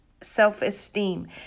self-esteem